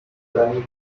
bride